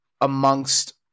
amongst